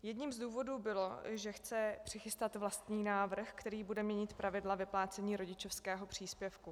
Jedním z důvodů bylo, že chce přichystat vlastní návrh, který bude mít pravidla vyplácení rodičovského příspěvku.